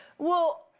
well,